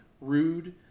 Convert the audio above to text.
Rude